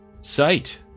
sight